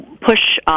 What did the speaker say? push